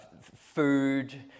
food